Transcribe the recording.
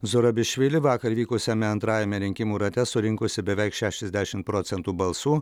zurabišvili vakar vykusiame antrajame rinkimų rate surinkusi beveik šešiasdešimt procentų balsų